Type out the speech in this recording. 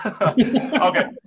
Okay